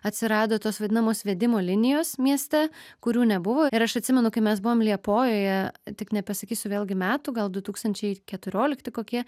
atsirado tos vadinamos vedimo linijos mieste kurių nebuvo ir aš atsimenu kai mes buvom liepojoje tik nepasakysiu vėlgi metų gal du tūkstančiai ir keturiolikti kokie